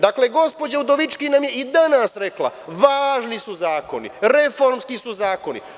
Dakle, gospođa Udovički nam je i danas rekla – važni su zakoni, reformski su zakoni.